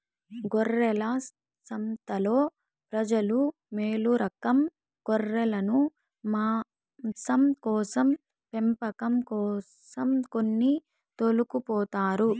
గొర్రెల సంతలో ప్రజలు మేలురకం గొర్రెలను మాంసం కోసం పెంపకం కోసం కొని తోలుకుపోతారు